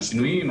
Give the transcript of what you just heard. על שינויים,